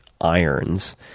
irons